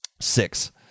Six